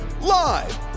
live